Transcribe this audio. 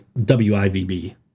WIVB